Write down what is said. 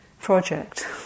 project